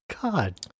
god